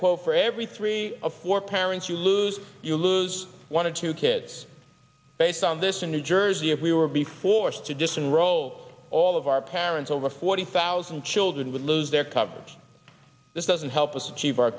quote for every three of four parents you lose you lose one or two kids based on this in new jersey if we were be forced to disenroll all of our parents over forty thousand children would lose their coverage this doesn't help us achieve our